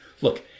Look